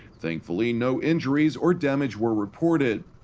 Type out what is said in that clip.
thankfully, no injuries or damage were reported.